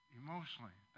emotionally